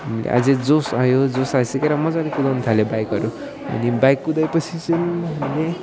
अझै जोस् आयो जोस् आइसकेर मजाले कुदाउनु थाल्यौँ बाइकहरू अनि बाइक कुदाएपछि चाहिँ